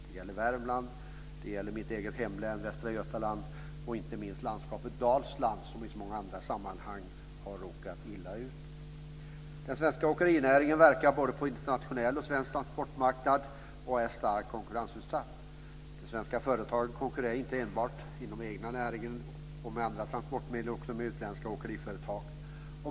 Det gäller Värmland, och det gäller mitt eget hemlän Västra Götaland. Inte minst gäller det landskapet Dalsland, som i så många andra sammanhang har råkat illa ut. Den svenska åkerinäringen verkar på en både internationell och svensk transportmarknad som är starkt konkurrensutsatt. De svenska företagen konkurrerar inte enbart inom den egna näringen och med andra transportmedel utan också med utländska åkeriföretag.